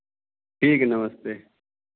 ठीक है नमस्ते